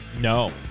No